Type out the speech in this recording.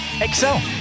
excel